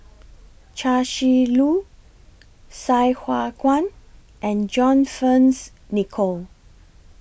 Chia Shi Lu Sai Hua Kuan and John Fearns Nicoll